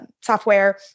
software